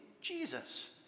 Jesus